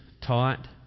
taught